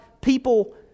people